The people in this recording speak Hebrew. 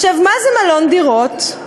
מה זה מלון דירות?